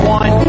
one